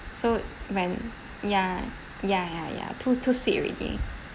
so when ya ya ya ya too too sweet already